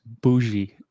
Bougie